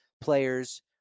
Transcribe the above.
players